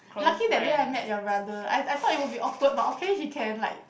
lucky that day I met your brother I I thought it would be awkward but okay he can like